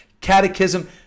Catechism